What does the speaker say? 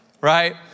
right